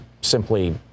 simply